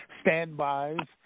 standbys